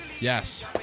Yes